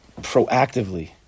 proactively